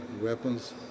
weapons